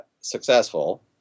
successful